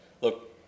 look